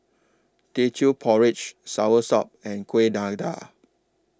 Teochew Porridge Soursop and Kueh Dadar